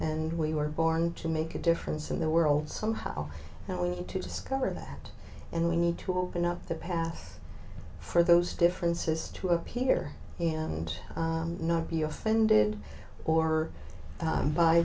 and we were born to make a difference in the world somehow and we need to discover that and we need to open up the path for those differences to appear and not be offended or